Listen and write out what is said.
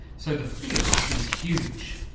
so the field is huge.